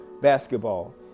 basketball